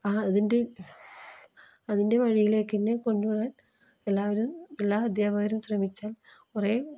ആ അതിൻ്റെ അതിൻ്റെ വഴിയിലേക്കുതന്നെ കൊണ്ട് പോകാൻ എല്ലാവരും എല്ലാ അദ്ധ്യാപകരും ശ്രമിച്ചാൽ കുറേ